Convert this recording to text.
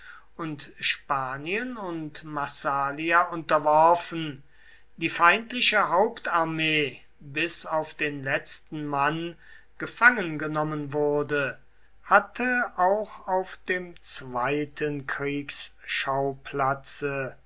und spanien und massalia unterworfen die feindliche hauptarmee bis auf den letzten mann gefangengenommen wurde hatte auch auf dem zweiten kriegsschauplatze